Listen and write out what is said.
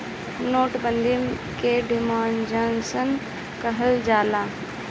note बंदी के demonetisation कहल जाला